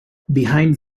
behind